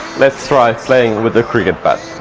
let's try playing with a cricket bat!